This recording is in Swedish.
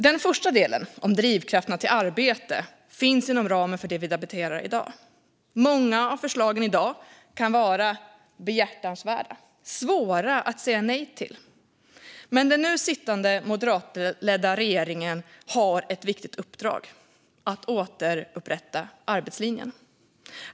Den första delen, drivkrafterna till arbete, finns inom ramen för det vi debatterar i dag. Många av förslagen i dag kan vara behjärtansvärda och svåra att säga nej till. Men den nu sittande moderatledda regeringen har ett viktigt uppdrag: att återupprätta arbetslinjen.